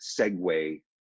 segue